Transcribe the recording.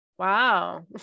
wow